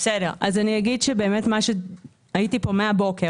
הייתי פה מהבוקר.